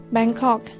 Bangkok